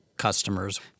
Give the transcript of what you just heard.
customers